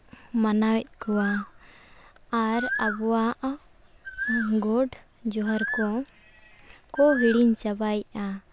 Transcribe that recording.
ᱢᱟᱱᱟᱭᱮᱫ ᱠᱚᱣᱟ ᱟᱨ ᱟᱵᱚᱣᱟᱜ ᱜᱚᱰ ᱡᱚᱦᱟᱨ ᱠᱚ ᱠᱚ ᱦᱤᱲᱤᱧ ᱪᱟᱵᱟᱭᱮᱜᱼᱟ